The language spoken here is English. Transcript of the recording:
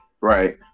Right